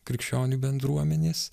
krikščionių bendruomenės